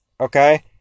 okay